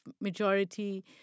majority